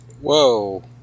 Whoa